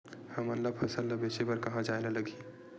हमन ला फसल ला बेचे बर कहां जाये ला लगही?